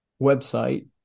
website